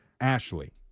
Ashley